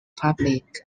public